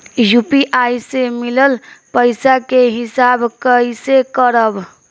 UPI से मिलल पईसा के हिसाब कइसे करब?